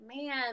Man